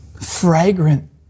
fragrant